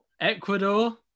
Ecuador